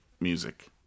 music